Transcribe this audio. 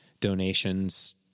donations